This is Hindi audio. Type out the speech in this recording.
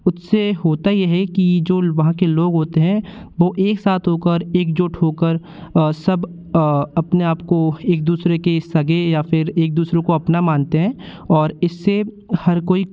उससे होता यह है कि जो वहाँ के लोग होते हैं वह एक साथ होकर एक जुट होकर सब अपने आपको एक दूसरे के सगे या फिर एक दूसरों को अपना मानते हैं और इससे हर कोई